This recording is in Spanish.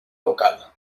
local